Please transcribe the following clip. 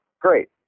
great